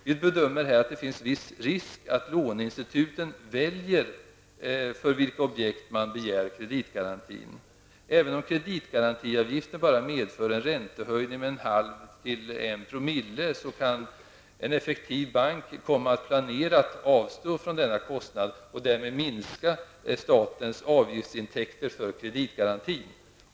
Vi bedömer här att det finns en viss risk att låneinstituten väljer ut objekt för vilka man begär kreditgaranti. Även om kreditgarantiavgiften bara medför en räntehöjning med en halv till en promille, kan en effektiv bank komma att planerat avstå från denna kostnad och därmed minska statens avgiftsintäkter för kreditgarantin.